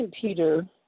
Peter